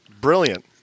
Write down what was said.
brilliant